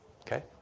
Okay